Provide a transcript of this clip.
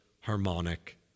Harmonic